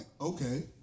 okay